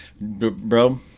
Bro